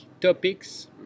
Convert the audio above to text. topics